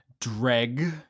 Dreg